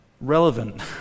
relevant